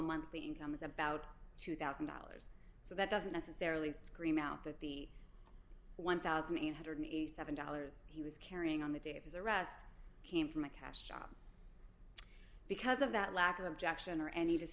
monthly income is about two one thousand dollars so that doesn't necessarily scream out that the one thousand eight hundred and eighty seven dollars he was carrying on the day of his arrest came from a cash job because of that lack of objection or any